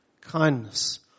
kindness